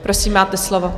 Prosím, máte slovo.